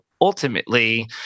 ultimately